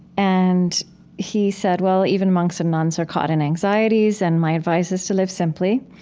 and he said, well, even monks and nuns are caught in anxieties and my advice is to live simply.